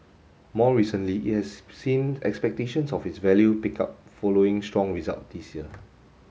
more recently it has seen expectations of its value pick up following strong result this year